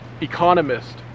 economist